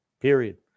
Period